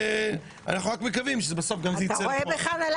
אנחנו רק מקוים שבסוף זה ייצא לפועל.